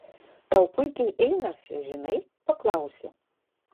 tau puikiai einasi žinai paklausė